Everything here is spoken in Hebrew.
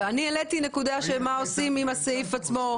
אני העליתי נקודה ושאלתי מה עושים עם הסעיף עצמו.